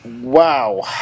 Wow